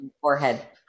forehead